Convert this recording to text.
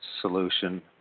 solution